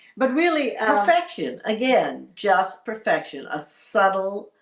but really affection again just perfection a subtle